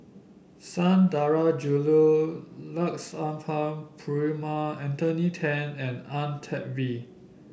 Sundarajulu Lakshmana Perumal Anthony Then and Ang Teck Bee